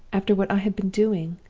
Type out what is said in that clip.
after what i have been doing!